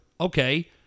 okay